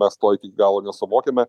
mes to iki galo nesuvokiame